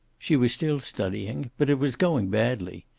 she was still studying, but it was going badly.